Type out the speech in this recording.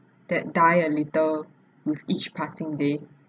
that die a little with each passing day